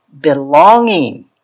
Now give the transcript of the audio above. belonging